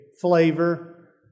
flavor